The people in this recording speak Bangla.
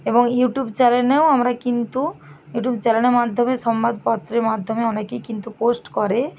এবং ইউটিউব চ্যানেলেও আমরা কিন্তু ইউটিউব চ্যানেলের মাধ্যমে সম্বাদপত্রের মাধ্যমে অনেকেই কিন্তু পোস্ট করে